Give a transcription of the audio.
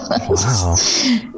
Wow